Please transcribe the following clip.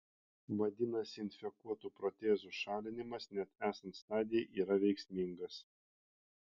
vadinasi infekuotų protezų šalinimas net esant stadijai yra veiksmingas